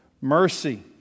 mercy